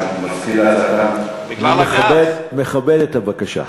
אני מכבד את הבקשה.